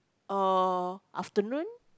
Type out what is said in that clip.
or afternoon